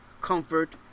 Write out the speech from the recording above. comfort